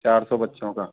चार सौ बच्चों का